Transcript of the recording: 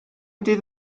dydd